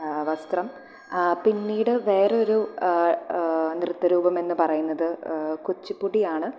വസ്ത്രം പിന്നീട് വേറെ ഒരു നൃത്തരൂപമെന്ന് പറയുന്നത് കുച്ചുപ്പുടിയാണ്